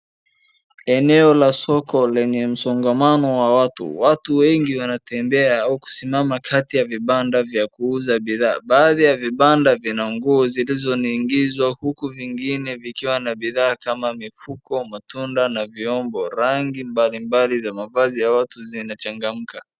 Eneo la soko lenye msongamano wa watu. Watu wengi wanatembea au kusimama kati ya vibanda vya kuuza bidhaa. Baadhi ya vibanda vina nguo zilizo ning'inzwa huku vingine vikiwa na bidhaa kama mifuko, matunda na vyombo. Rangi mbalimbali za mavazi ya watu zinachangamka.